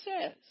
says